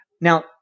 now